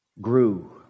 grew